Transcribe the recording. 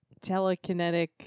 telekinetic